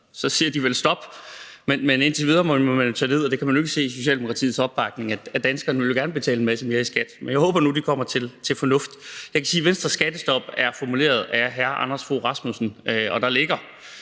siger de vel stop. Men indtil videre må man tage det ned, at man jo ikke kan se det på Socialdemokratiets opbakning, og at danskerne gerne vil betale en masse mere i skat, men jeg håber nu, at de kommer til fornuft. Jeg kan sige, at Venstres skattestop er formuleret af hr. Anders Fogh Rasmussen, og der ligger